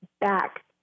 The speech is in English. back